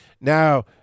Now